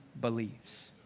believes